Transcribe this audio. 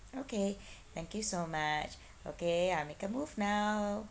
okay thank you so much okay I make a move now